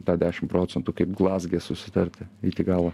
tą dešim procentų kaip glazge susitarti iki galo